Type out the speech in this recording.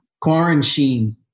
Quarantine